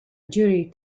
duty